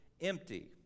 empty